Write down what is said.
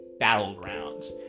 Battlegrounds